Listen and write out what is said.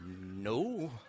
no